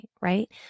right